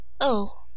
Oh